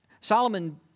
Solomon